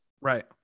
Right